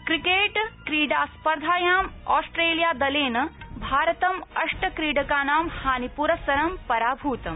cricket क्रीडा स्पर्धायां Australia दलेन भारतं अष्टक्रीडकानां हानिपुरस्सरं पराभूतम्